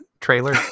trailer